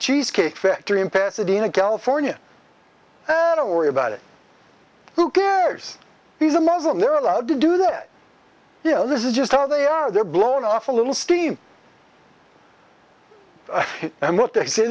cheesecake factory in pasadena california don't worry about it who cares he's a muslim they're allowed to do that you know this is just how they are they're blown off a little steam and what they say